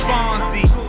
Fonzie